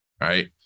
right